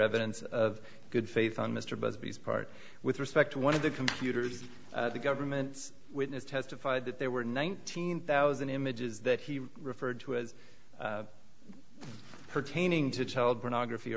evidence of good faith on mr busby's part with respect to one of the computers the government's witness testified that there were nineteen thousand images that he referred to as pertaining to child pornography